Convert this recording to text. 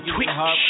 Twitch